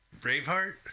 Braveheart